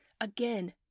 Again